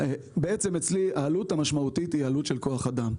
אצלי העלות המשמעותית היא עלות של כוח אדם.